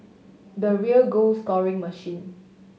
the real goal scoring machine